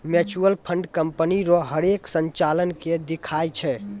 mutual fund company रो हरेक संचालन के दिखाय छै